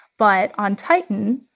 but on titan,